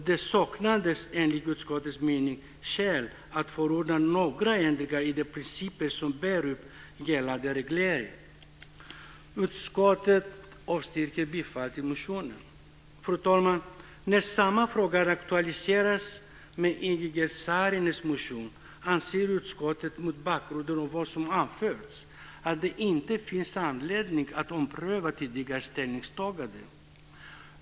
Det saknades enligt utskottets mening skäl att förorda några ändringar i de principer som bär upp gällande reglering. Utskottet avstyrker bifall till motionen. Fru talman! När samma fråga aktualiseras i Ingegerd Saarinens motion anser utskottet mot bakgrunden av vad som anförts att det inte finns anledning att ompröva tidigare ställningstagande.